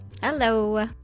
Hello